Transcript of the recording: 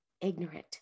ignorant